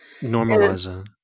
normalize